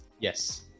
yes